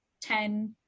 ten